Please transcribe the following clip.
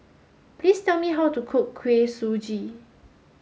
please tell me how to cook Kuih Suji